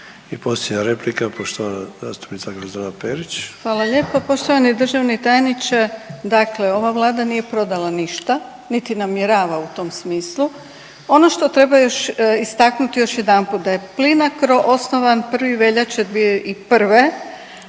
Hvala lijepo. Poštovani državni tajniče, dakle ova Vlada nije prodala ništa, niti namjerava u tom smislu. Ono što treba još, istaknut još jedanput da je Plinacro osnovan 1. veljače 2001. kao